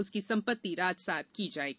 उसकी संपत्ति राजसात की जाएगी